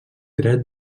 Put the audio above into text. dret